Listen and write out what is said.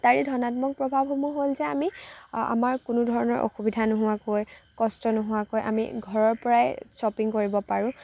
তাৰে ধনাত্মক প্ৰভাৱসমূহ হ'ল যে আমি আমাৰ কোনো ধৰণৰ অসুবিধা নোহোৱাকৈ কষ্ট নোহোৱাকৈ আমি ঘৰৰ পৰাই শ্বপিং কৰিব পাৰোঁ